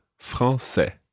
français